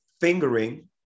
fingering